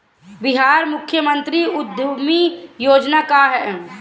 बिहार मुख्यमंत्री उद्यमी योजना का है?